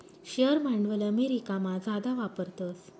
share भांडवल अमेरिकामा जादा वापरतस